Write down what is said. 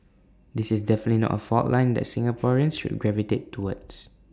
this is definitely not A fault line that Singaporeans should gravitate towards